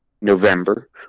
november